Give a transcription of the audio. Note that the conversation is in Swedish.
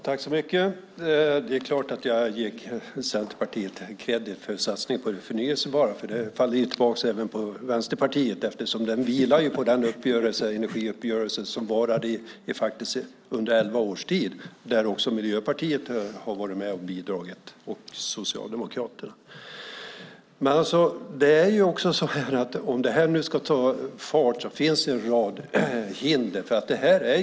Herr talman! Det är klart att jag ger Centerpartiet kredit för satsningen på det förnybara, för det faller tillbaka även på Vänsterpartiet. Satsningen vilar ju på den energiuppgörelse som varade under elva års tid och där även Miljöpartiet och Socialdemokraterna var med och bidrog. Det finns en rad hinder för att detta ska ta fart.